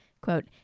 Quote